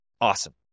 Awesome